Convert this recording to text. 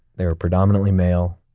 they were predominantly male,